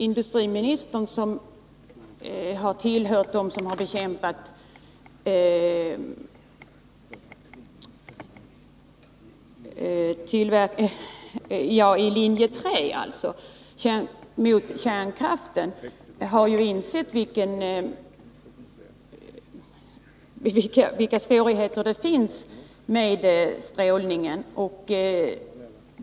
Industriministern, som i linje 3 kämpat mot kärnkraften, har ju insett de svårigheter som är förknippade med strålningen.